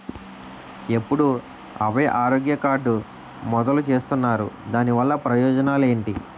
ఎప్పుడు అభయ ఆరోగ్య కార్డ్ మొదలు చేస్తున్నారు? దాని వల్ల ప్రయోజనాలు ఎంటి?